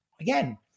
again